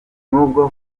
nubwo